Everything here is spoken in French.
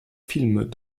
films